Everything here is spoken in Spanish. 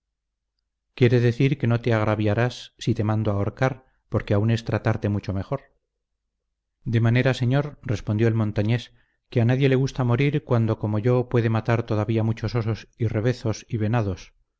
quiere decir que no te agraviarás si te mando ahorcar porque aún es tratarte mucho mejor de manera señor respondió el montañés que a nadie le gusta morir cuando como yo puede matar todavía muchos osos y rebezos y venados